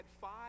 five